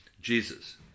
Jesus